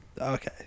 Okay